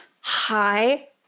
Hi